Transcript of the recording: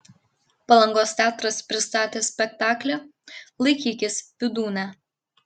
palangos teatras pristatė spektaklį laikykis vydūne